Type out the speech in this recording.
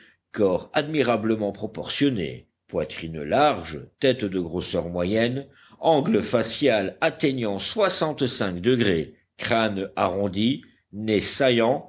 corps admirablement proportionné poitrine large tête de grosseur moyenne angle facial atteignant soixante-cinq degrés crâne arrondi